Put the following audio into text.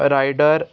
rider